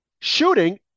shooting